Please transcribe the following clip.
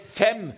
fem